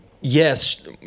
yes